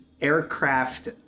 aircraft